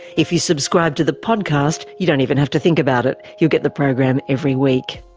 if you subscribe to the podcast, you don't even have to think about it, you'll get the program every week.